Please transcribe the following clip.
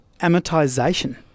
amortization